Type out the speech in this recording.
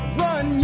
run